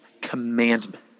commandment